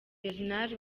bernard